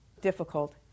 difficult